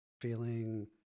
feeling